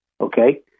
Okay